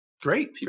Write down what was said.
Great